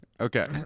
okay